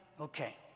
Okay